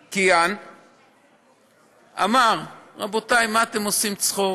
כהן, אמר: רבותיי, מה אתם עושים צחוק?